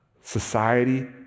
society